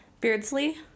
Beardsley